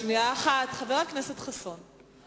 אז ועדת הכנסת תחליט.